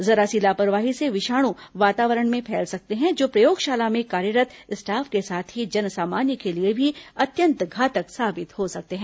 जरा सी लापरवाही से विषाणु वातवारण में फैल सकते हैं जो प्रयोगशाला में कार्यरत् स्टॉफ के साथ ही जन सामान्य के लिए भी अत्यंत घातक साबित हो सकते हैं